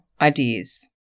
ideas